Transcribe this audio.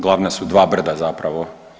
Glavna su dva brda zapravo.